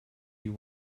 you